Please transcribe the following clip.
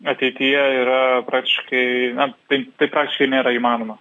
ateityje yra praktiškai na tai tai praktiškai nėra įmanoma